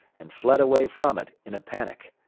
and fled away from it in a panic.